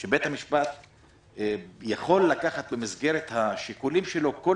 שבית המשפט יכול לשקול במסגרת השיקולים שלו כל